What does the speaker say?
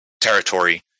territory